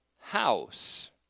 house